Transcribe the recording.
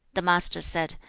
the master said,